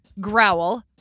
Growl